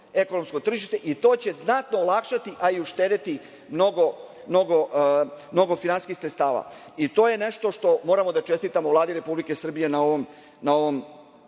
ekonomsko tržište i to će znatno olakšati, a i uštedeti mnogo finansijskih sredstava i to je nešto što moramo da čestitamo Vladi Republike Srbije na ovom